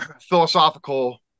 philosophical